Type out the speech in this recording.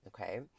Okay